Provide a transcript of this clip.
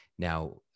Now